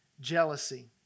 jealousy